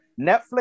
netflix